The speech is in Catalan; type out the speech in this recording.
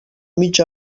mitja